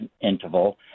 interval